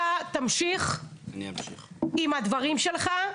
אתה תמשיך עם הדברים שלך,